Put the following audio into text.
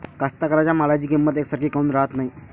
कास्तकाराइच्या मालाची किंमत यकसारखी काऊन राहत नाई?